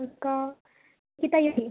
उसका कितना यानि